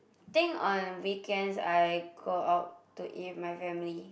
think on weekends I go out to eat with my family